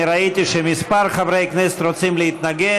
אני ראיתי שמספר חברי כנסת רוצים להתנגד.